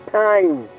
time